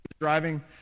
driving